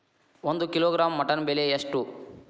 ಒಂದು kilogram mutton ಬೆಲೆ ಎಷ್ಟ್?